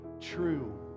true